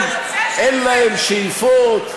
הם, אין להם שאיפות,